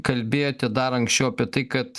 kalbėjote dar anksčiau apie tai kad